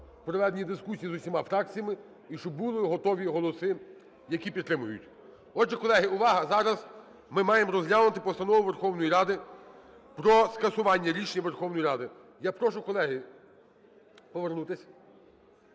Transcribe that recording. проведені дискусії з усіма фракціями і щоб були готові голоси, які підтримають. Отже, колеги, увага! Зараз ми маємо розглянути Постанову Верховної Ради про скасування Рішення Верховної Ради. Я прошу, колеги, повернутись.